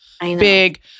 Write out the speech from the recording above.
big